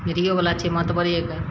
मीडियोवला छै महतबरे के